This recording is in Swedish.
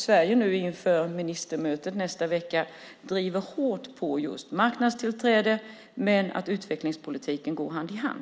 Sverige bör inför ministermötet nästa vecka hårt driva frågan om marknadstillträde och en utvecklingspolitik som går hand i hand.